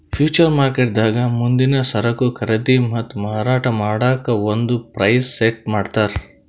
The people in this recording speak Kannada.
ಫ್ಯೂಚರ್ ಮಾರ್ಕೆಟ್ದಾಗ್ ಮುಂದಿನ್ ಸರಕು ಖರೀದಿ ಮತ್ತ್ ಮಾರಾಟ್ ಮಾಡಕ್ಕ್ ಒಂದ್ ಪ್ರೈಸ್ ಸೆಟ್ ಮಾಡ್ತರ್